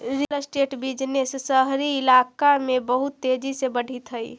real estate business शहरी कइलाका में बहुत तेजी से बढ़ित हई